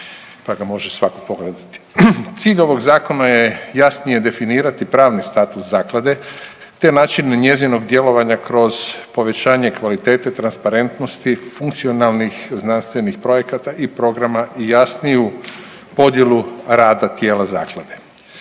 pa ga može svako pogledati. Cilj ovog zakona je jasnije definirati pravni status zaklade te načine njezinog djelovanja kroz povećanje kvalitete, transparentnosti, funkcionalnih znanstvenih projekata i programa i jasniju podjelu rada tijela zaklade.